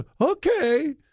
Okay